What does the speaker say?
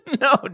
No